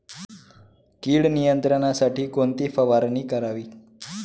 कीड नियंत्रणासाठी कोणती फवारणी करावी?